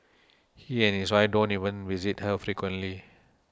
he and his wife don't even visit her frequently